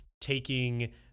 taking